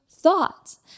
thoughts